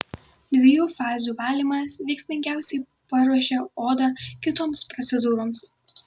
dviejų fazių valymas veiksmingiausiai paruošia odą kitoms procedūroms